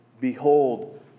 Behold